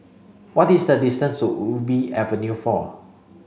what is the distance to Ubi Avenue four